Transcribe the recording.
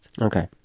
Okay